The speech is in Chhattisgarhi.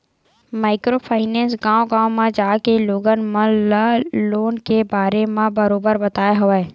माइक्रो फायनेंस गाँव गाँव म जाके लोगन मन ल लोन के बारे म बरोबर बताय हवय